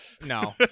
No